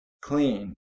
clean